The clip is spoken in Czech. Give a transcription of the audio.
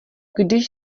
když